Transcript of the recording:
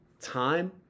time